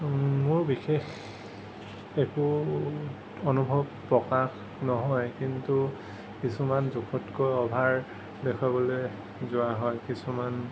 মোৰ বিশেষ একো অনুভৱ প্ৰকাশ নহয় কিন্তু কিছুমান জোখতকৈ অভাৰ দেখুৱাবলৈ যোৱা হয় কিছুমান